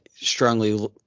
strongly